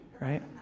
right